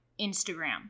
Instagram